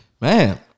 Man